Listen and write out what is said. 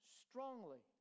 strongly